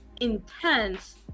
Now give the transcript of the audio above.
intense